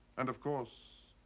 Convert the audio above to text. and of course,